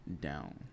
Down